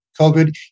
COVID